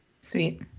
Sweet